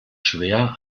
schwer